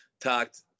Talked